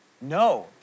No